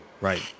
right